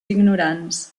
ignorants